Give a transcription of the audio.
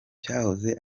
cyahoze